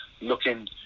looking